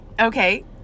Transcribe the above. Okay